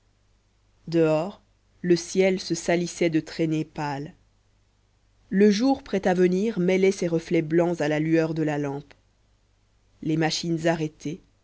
dehors le ciel se salissait de traînées pâles le jour prêt à venir mêlait ses reflets blancs à la lueur de la lampe les machines arrêtées